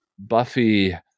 Buffy